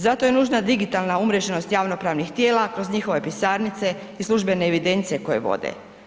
Zato je nužna digitalna umreženost javnopravnih tijela kroz njihove pisarnice i službene evidencije koje vode.